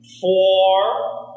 four